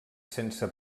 sense